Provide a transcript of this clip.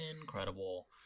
incredible